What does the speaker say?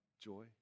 joy